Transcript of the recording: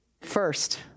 first